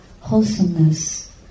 wholesomeness